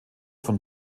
von